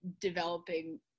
developing